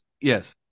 Yes